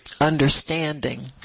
Understanding